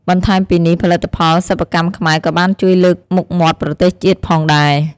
បន្ថែមពីនេះ ផលិតផលសិប្បកម្មខ្មែរក៏បានជួយលើកមុខមាត់ប្រទេសជាតិផងដែរ។